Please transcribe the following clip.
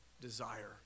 desire